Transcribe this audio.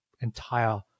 entire